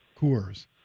Coors